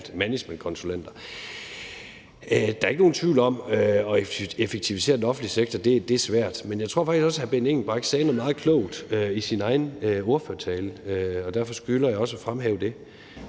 managementkonsulenter. Der er ikke nogen tvivl om, at det at effektivisere den offentlige sektor er svært. Men jeg tror faktisk også, at hr. Benny Engelbrecht sagde noget meget klogt i sin egen ordførertale, og derfor skylder jeg også at fremhæve det.